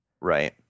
Right